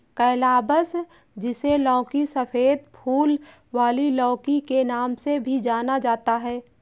calabash, जिसे लौकी, सफेद फूल वाली लौकी के नाम से भी जाना जाता है